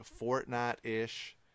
Fortnite-ish